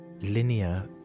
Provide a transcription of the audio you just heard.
linear